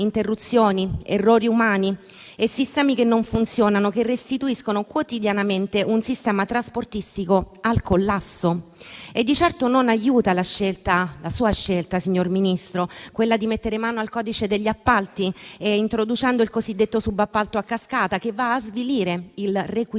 errori umani e sistemi che non funzionano e restituiscono quotidianamente un sistema trasportistico al collasso. Ciò di certo non aiuta la sua scelta, signor Ministro, di mettere mano al codice degli appalti, introducendo il cosiddetto subappalto a cascata, che va a svilire il requisito